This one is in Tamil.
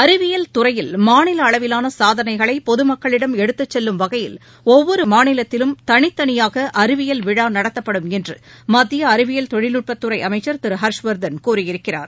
அறிவியல் துறையில் மாநில அளவிவான சாதனைகளை பொது மக்களிடம் எடுத்துச் செல்லும் வகையில் ஒவ்வொரு மாநிலத்திலும் தனித்தனியாக அறிவியல் விழா நடத்தப்படும் என்று மத்திய அறிவியல் தொழில்நுட்பத்துறை அமைச்சர் திரு ஹர்ஷ்வர்தன் கூறியிருக்கிறார்